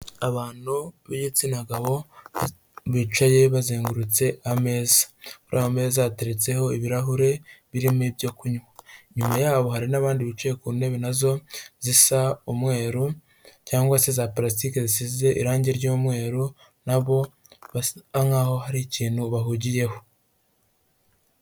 Abantu b'igitsina gabo bicaye bazengurutse ameza, kuri ayo meza hateretseho ibirahure birimo ibyo kunywa. Inyuma yabo hari n'abandi bicaye ku ntebe na zo zisa umweru cyangwa se za parasike zisize irangi ry'umweru na bo basa nkaho hari ikintu bahugiyeho.